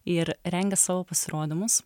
ir rengė savo pasirodymus